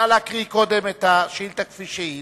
נא לקרוא קודם את השאילתא כפי שהיא,